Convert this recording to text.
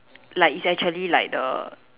like it's actually like the